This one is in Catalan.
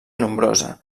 nombrosa